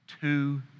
Two